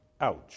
Ouch